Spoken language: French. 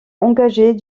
engagée